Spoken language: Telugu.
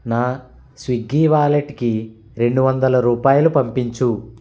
నా స్విగ్గీ వాలెట్కి రెండువందలు రూపాయలు పంపించు